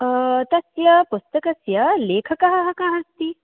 तस्य पुस्तकस्य लेखकः कः अस्ति